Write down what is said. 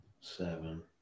seven